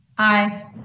Aye